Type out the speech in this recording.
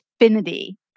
affinity